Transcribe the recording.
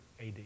AD